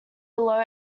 below